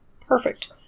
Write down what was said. perfect